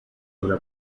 haurà